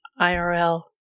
IRL